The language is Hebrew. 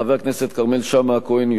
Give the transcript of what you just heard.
חבר הכנסת כרמל שאמה-הכהן,